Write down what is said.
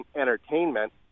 entertainment